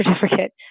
certificate